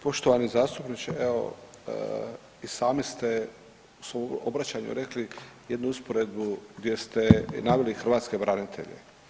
Poštovani zastupniče, evo i sami ste u svom obraćanju rekli jednu usporedbu gdje ste naveli Hrvatske branitelje.